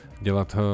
dělat